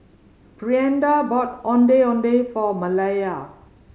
Brianda bought Ondeh Ondeh for Malaya